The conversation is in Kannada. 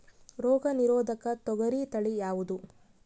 ರೋಗ ನಿರೋಧಕ ತೊಗರಿ ತಳಿ ಯಾವುದು?